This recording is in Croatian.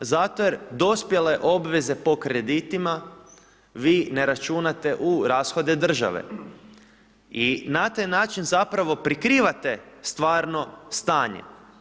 Zato jer dospjele obveze po kreditima vi ne računate u rashode države i na taj način zapravo prikrivate stvarno stanje.